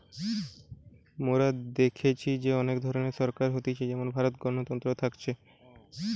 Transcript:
মোরা দেখেছি যে অনেক ধরণের সরকার হতিছে যেমন ভারতে গণতন্ত্র থাকতিছে